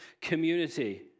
community